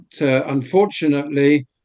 unfortunately